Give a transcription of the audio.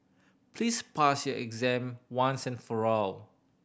please pass your exam once and for all